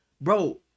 bro